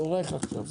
תורך עכשיו.